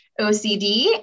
OCD